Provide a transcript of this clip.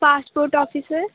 passport officer